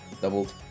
Doubled